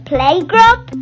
Playgroup